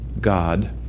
God